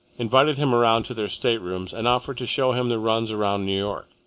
invited him around to their staterooms, and offered to show him the runs around new york.